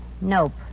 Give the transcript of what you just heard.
Nope